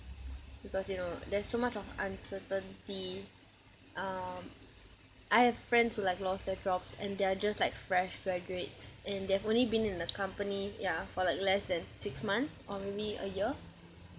because you know there's so much of uncertainty um I have friends who like lost their jobs and they're just like fresh graduates and they've only been in the company yeah for like less than six months or maybe a year